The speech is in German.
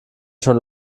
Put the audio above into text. schon